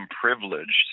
privileged